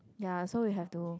ya so we have to